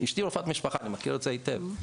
אשתי רופאת משפחה, אני מכיר את זה היטב.